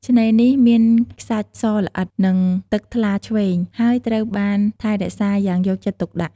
ឆ្នេនេះ មានខ្សាច់សល្អិត និងទឹកថ្លាឈ្វេង ហើយត្រូវបានថែរក្សាយ៉ាងយកចិត្តទុកដាក់។